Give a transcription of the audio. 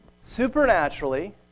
supernaturally